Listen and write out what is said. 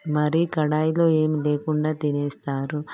మరీ కడాయిలో ఏం లేకుండా తినేస్తారు